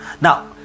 now